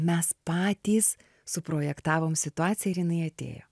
mes patys suprojektavom situaciją ir jinai atėjo